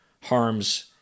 Harms